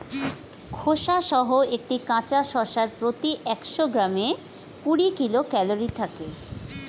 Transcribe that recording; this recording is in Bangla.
খোসাসহ একটি কাঁচা শসার প্রতি একশো গ্রামে কুড়ি কিলো ক্যালরি থাকে